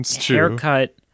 haircut